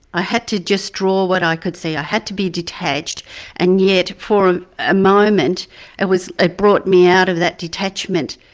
i had to just draw what i could see, i had to be detached and yet for a moment it ah brought me out of that detachment,